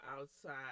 outside